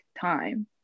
time